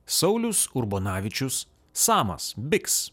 saulius urbonavičius samas bix